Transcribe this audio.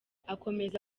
akomeza